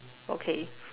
okay